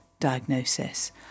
diagnosis